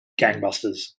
gangbusters